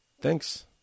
thanks